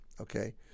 Okay